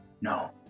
No